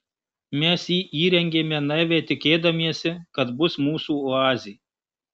mes jį įrengėme naiviai tikėdamiesi kad bus mūsų oazė